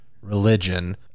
religion